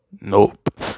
Nope